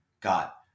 got